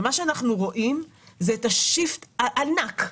אנחנו רואים את ה-shift הענק,